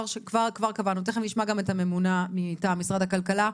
תכף נשמע גם את הממונה מטעם משרד הכלכלה.